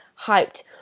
hyped